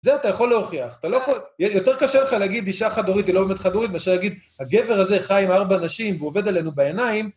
זה אתה יכול להוכיח, אתה לא יכול, יותר קשה לך להגיד אישה חד הורית היא לא באמת חד הורית, מאשר להגיד הגבר הזה חי עם ארבע נשים ועובד עלינו בעיניים.